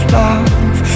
love